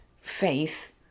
faith